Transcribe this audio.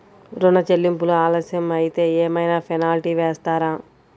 ఋణ చెల్లింపులు ఆలస్యం అయితే ఏమైన పెనాల్టీ వేస్తారా?